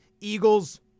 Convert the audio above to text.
Eagles